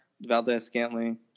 Valdez-Scantling